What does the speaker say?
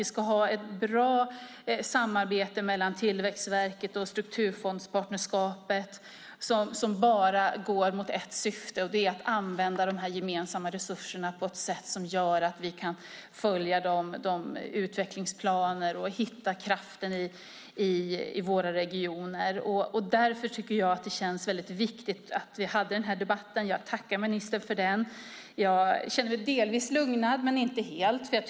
Vi ska ha ett bra samarbete mellan Tillväxtverket och Strukturfondspartnerskapet och bara syfta till en sak, nämligen att använda de gemensamma resurserna på ett sätt som gör att vi kan följa de utvecklingsplaner som finns och hitta kraften i våra regioner. Därför känns den här debatten viktig. Jag tackar ministern för debatten. Jag känner mig delvis lugnad, men inte helt.